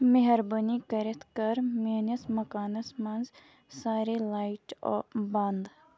مہربٲنی کٔرِتھ کر میٛٲنِس مکانَس منٛز سارے لایٹہٕ آ بنٛد